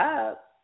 up